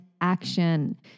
action